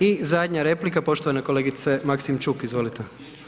I zadnja replika poštovane kolegice Maksimčuk, izvolite.